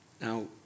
Now